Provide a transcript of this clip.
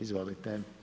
Izvolite.